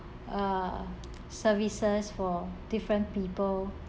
uh services for different people